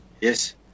Yes